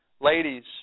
Ladies